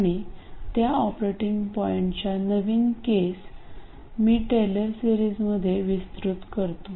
आणि त्या ऑपरेटिंग पॉईंटच्या नवीन केस मी टेलर सेरीजमध्ये विस्तृत करतो